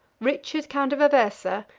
richard count of aversa,